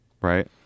Right